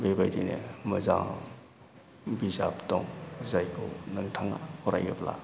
बेबायदिनो मोजां बिजाब दं जायखौ नोंथाङा फरायोब्ला